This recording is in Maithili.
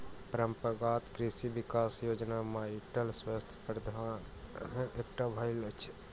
परंपरागत कृषि विकास योजना माइटक स्वास्थ्य प्रबंधनक एकटा भाग अछि